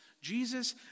Jesus